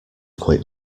quit